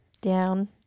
down